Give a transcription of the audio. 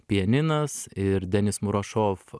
pianinas ir denis murašov